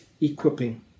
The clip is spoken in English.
equipping